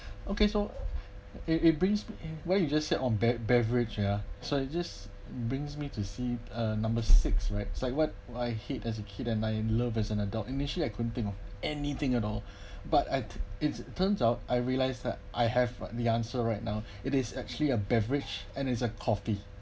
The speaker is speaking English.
okay so it it brings where you just sit on bev~ beverage ya so this brings me to see a number six right like what I hate as a kid and I love as an adult initially I couldn't think of anything at all but at it turns out I realised that I have the answer right now it is actually a beverage and is a coffee